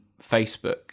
Facebook